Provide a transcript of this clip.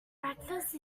breakfast